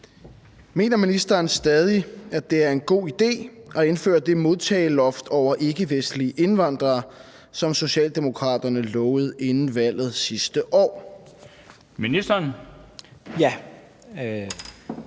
Mener ministeren stadig, at det er en god idé at indføre det modtageloft over ikkevestlige indvandrere, som Socialdemokratiet lovede inden valget sidste år? Den fg.